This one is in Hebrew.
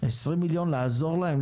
20 מיליון שקל לעזור להם,